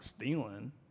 stealing